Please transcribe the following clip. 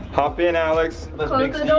hop in alex. but